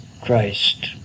Christ